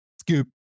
Scoop